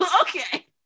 Okay